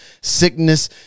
sickness